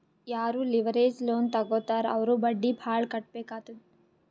ಯಾರೂ leverage loan ತಗೋತ್ತಾರ್ ಅವ್ರು ಬಡ್ಡಿ ಭಾಳ್ ಕಟ್ಟಬೇಕ್ ಆತ್ತುದ್